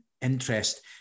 interest